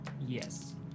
Yes